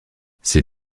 ses